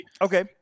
Okay